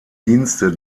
dienste